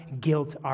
guilt